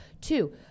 Two